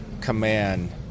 command